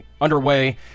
underway